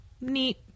neat